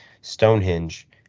stonehenge